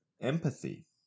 empathy